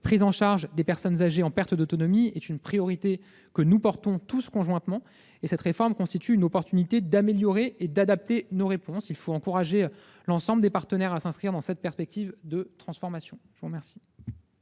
prise en charge des personnes âgées en perte d'autonomie est une priorité que nous portons tous conjointement. Cette réforme constitue une opportunité d'améliorer et d'adapter nos réponses. Il faut encourager l'ensemble des partenaires à s'inscrire dans cette perspective de transformation. La parole